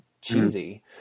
cheesy